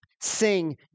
sing